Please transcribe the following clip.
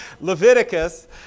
Leviticus